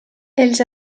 els